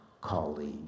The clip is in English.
colleague